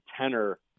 tenor